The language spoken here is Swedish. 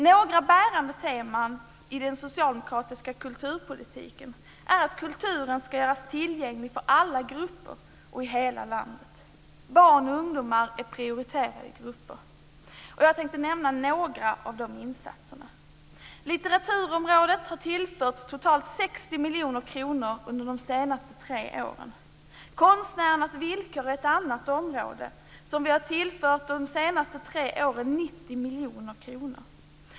Några bärande teman i den socialdemokratiska kulturpolitiken är att kulturen ska göras tillgänglig för alla grupper och i hela landet. Barn och ungdomar är prioriterade grupper. Jag tänkte nämna några av dessa insatser: - Litteraturområdet har tillförts totalt 60 miljoner kronor under de senaste tre åren. - Konstnärernas villkor är ett annat område som vi under de senaste tre åren har tillfört 90 miljoner kronor.